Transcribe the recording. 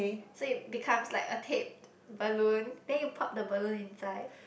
so it becomes like a taped balloon then you pop the balloon inside